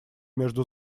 между